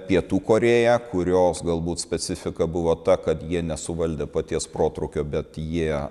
pietų korėja kurios galbūt specifika buvo ta kad jie nesuvaldė paties protrūkio bet jie